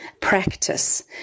practice